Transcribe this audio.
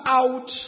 out